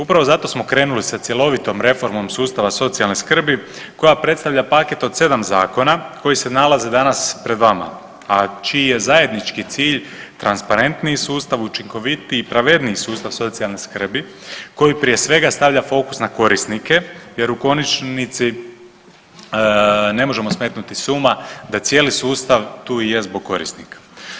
Upravo zato smo krenuli sa cjelovitom reformom sustava socijalne skrbi koja predstavlja paket od 7 zakona koji se nalaze danas pred vama, a čiji je zajednički cilj transparentniji sustav, učinkovitiji i pravedniji sustav socijalne skrbi koji prije svega fokus na korisnike jer u konačnici ne možemo smetnuti s uma da cijeli sustav tu i je zbog korisnika.